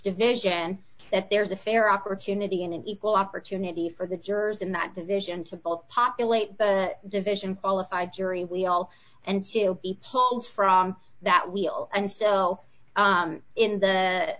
division that there's a fair opportunity and an equal opportunity for the jurors in that division to both populate the division full of five jury we all and to be pulled from that wheel and so in the